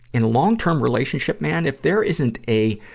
in a long-term relationship, man, if there isn't a,